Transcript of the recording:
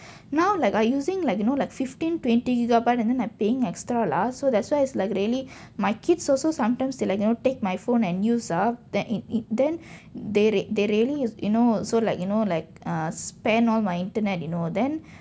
now like I using like you know like fifteen twenty gigabyte and then I paying extra lah so that's why it's like really my kids also sometimes they like you know take my phone and use ah then it it then they they really is you know so like you know like err spend all my internet you know then